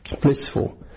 blissful